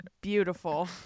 beautiful